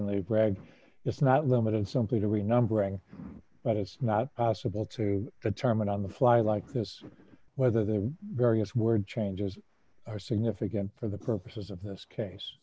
in the rag it's not limited simply to re numbering but it's not possible to determine on the fly like this whether the various word changes are significant for the purposes of this case